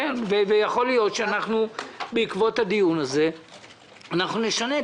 יכול להיות שבעקבות הדיון הזה נשנה.